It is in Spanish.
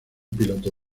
piloto